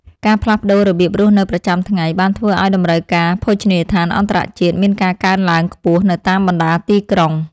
ការផ្លាស់ប្តូររបៀបរស់នៅប្រចាំថ្ងៃបានធ្វើឱ្យតម្រូវការភោជនីយដ្ឋានអន្តរជាតិមានការកើនឡើងខ្ពស់នៅតាមបណ្តាទីក្រុង។